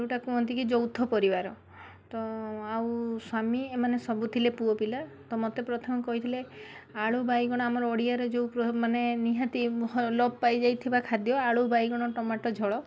ଯେଉଁଟା କୁହନ୍ତି କି ଯୌଥ ପରିବାର ତ ଆଉ ସ୍ୱାମୀ ଏମାନେ ସବୁଥିଲେ ପୁଅପିଲା ତ ମୋତେ ପ୍ରଥମେ କହିଥିଲେ ଆଳୁ ବାଇଗଣ ଆମ ଓଡ଼ିଆରେ ଯୋଉମାନେ ନିହାତି ଲୋପ ପାଇଯାଇଥିବା ଖାଦ୍ୟ ଆଳୁ ବାଇଗଣ ଟମାଟୋ ଝୋଳ